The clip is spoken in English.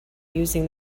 using